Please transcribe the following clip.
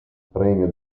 premio